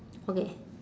okay